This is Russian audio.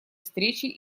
встречи